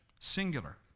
singular